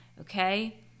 okay